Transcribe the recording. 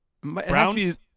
Browns